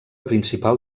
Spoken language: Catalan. principal